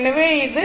எனவே அது 1